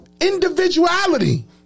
individuality